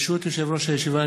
ברשות יושב-ראש הישיבה,